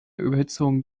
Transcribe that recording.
überhitzung